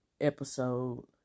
episode